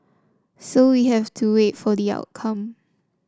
so we have to wait for the outcome